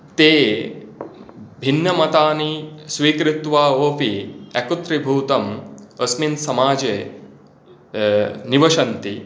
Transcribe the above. ते भिन्नमतानि स्वीकृताः अपि एकत्रिभूतम् अस्मिन् समाजे निवसन्ति